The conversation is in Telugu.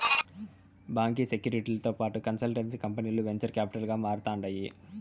బాంకీ సెక్యూరీలతో పాటు కన్సల్టెన్సీ కంపనీలు వెంచర్ కాపిటల్ గా మారతాండాయి